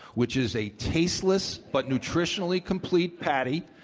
which is a tasteless, but nutritionally complete patty,